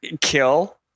kill